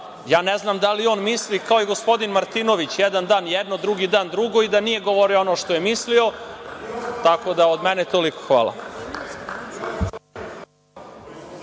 znam da li i on misli kao i gospodin Martinović, jedan dan jedno, drugi dan drugo i da nije govorio ono što je mislio. Toliko. Hvala.